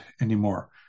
anymore